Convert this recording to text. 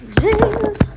Jesus